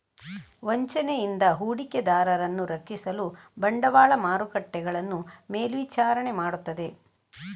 ವಂಚನೆಯಿಂದ ಹೂಡಿಕೆದಾರರನ್ನು ರಕ್ಷಿಸಲು ಬಂಡವಾಳ ಮಾರುಕಟ್ಟೆಗಳನ್ನು ಮೇಲ್ವಿಚಾರಣೆ ಮಾಡುತ್ತದೆ